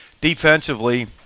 defensively